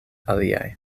aliaj